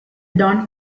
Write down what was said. don